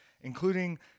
including